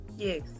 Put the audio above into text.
Yes